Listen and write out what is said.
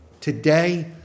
today